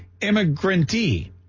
immigrantee